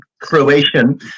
Croatian